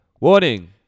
Warning